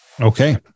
okay